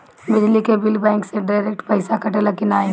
बिजली के बिल का बैंक से डिरेक्ट पइसा कटेला की नाहीं?